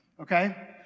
Okay